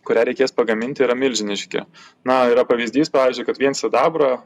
kurią reikės pagaminti yra milžiniški na yra pavyzdys pavyzdžiui kad vien sidabro